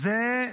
--- ספרדים.